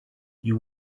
you